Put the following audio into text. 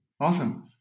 Awesome